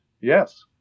Yes